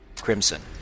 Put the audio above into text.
crimson